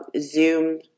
Zoom